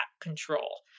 control